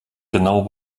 genau